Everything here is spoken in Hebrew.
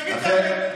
תגיד את האמת.